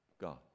God